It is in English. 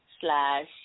slash